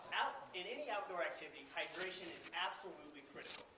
out in any outdoor activity hydration is absolutely critical.